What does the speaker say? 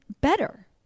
better